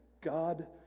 God